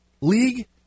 league